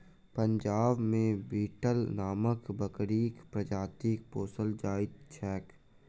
पंजाब मे बीटल नामक बकरीक प्रजाति पोसल जाइत छैक